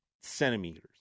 centimeters